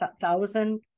thousand